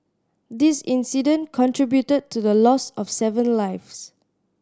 this incident contributed to the loss of seven lives